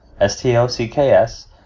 S-T-O-C-K-S